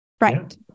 Right